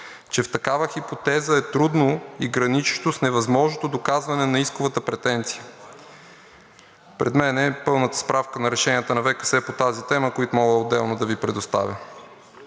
че в такава хипотеза е трудно и граничещо с невъзможното доказване на исковата претенция. Пред мен е пълната справка на решенията на ВКС по тази тема, които мога отделно да Ви предоставя.